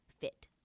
fit